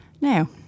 Now